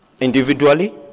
Individually